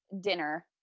Dinner